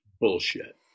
Bullshit